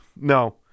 No